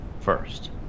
first